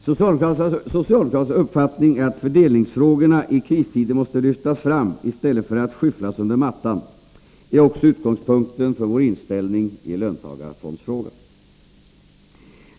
Socialdemokraternas uppfattning att fördelningsfrågorna i kristider måste lyftas fram i stället för att skyfflas under mattan är också utgångspunkten vår vår inställning i löntagarfondsfrågan.